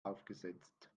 aufgesetzt